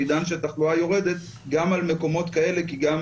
בעידן שהתחלואה יורדת גם על מקומות כאלה כי גם